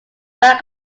back